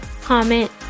comment